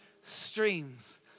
streams